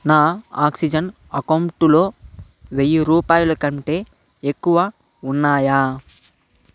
నా ఆక్సిజన్ అకౌంటులో వెయ్యి రూపాయల కంటే ఎక్కువ ఉన్నాయా